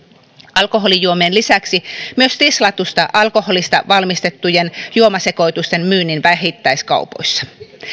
alkoholijuomien lisäksi myös tislatusta alkoholista valmistettujen juomasekoitusten myynnin vähittäiskaupoissa